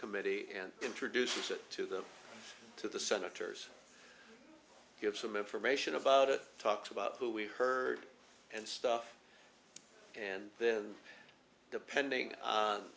committee and introduces it to them to the senators give some information about it talks about who we heard and stuff and then depending on